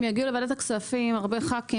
אם יגיעו לוועדת כספים הרבה חברי כנסת